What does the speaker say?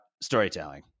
storytelling